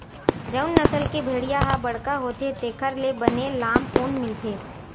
जउन नसल के भेड़िया ह बड़का होथे तेखर ले बने लाम ऊन मिलथे